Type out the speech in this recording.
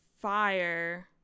fire